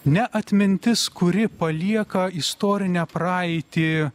ne atmintis kuri palieka istorinę praeitį